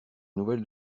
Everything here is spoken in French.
nouvelles